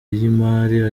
y’imari